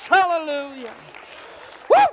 Hallelujah